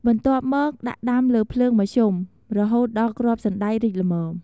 បន្ទាប់មក ដាក់ដាំលើភ្លើងមធ្យម រហូតដល់គ្រាប់សណ្ដែករីកល្មម។